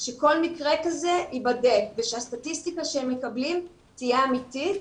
שכל מקרה כזה ייבדק ושהסטטיסטיקה שהם מקבלים תהיה אמיתית,